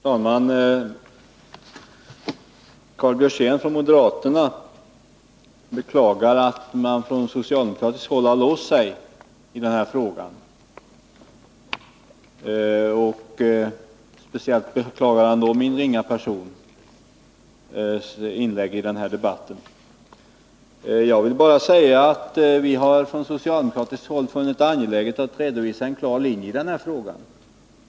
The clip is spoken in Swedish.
Herr talman! Karl Björzén för moderaterna beklagar att man på socialdemokratiskt håll har låst sig i den här frågan. Speciellt beklagar han då min ringa persons inlägg i debatten. Jag vill bara säga att vi från socialdemokratiskt håll funnit det angeläget att redovisa en klar linje i frågan.